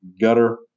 Gutter